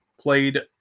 Played